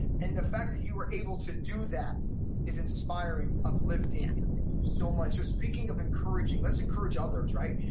and the fact that you were able to do that is inspiring uplifting and thank you so much. you're speaking of encouraging let's encourage others right?